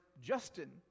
Justin